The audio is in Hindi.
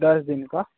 दस दिन का